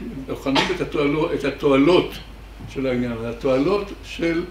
‫הם בוחנים את התועלות של העניין, ‫את התועלות של...